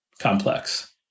complex